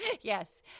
yes